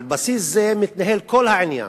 על בסיס זה מתנהל כל העניין.